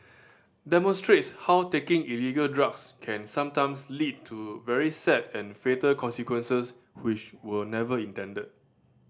demonstrates how taking illegal drugs can sometimes lead to very sad and fatal consequences which were never intended